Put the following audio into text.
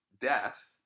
death